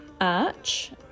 arch